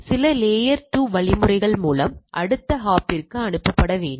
சில லேயர் 2 வழிமுறைகள் மூலம் அடுத்த ஹாப்பிற்கு அனுப்பப்பட வேண்டும்